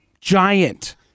giant